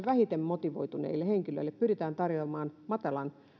vähiten motivoituneille henkilöille pyritään tarjoamaan matalan